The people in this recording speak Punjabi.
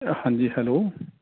ਹਾਂਜੀ ਹੈਲੋ